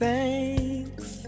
Thanks